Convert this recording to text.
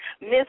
Miss